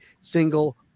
single